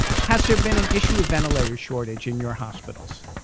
has there been an issue of ventilator shortage in your hospitals?